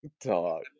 dog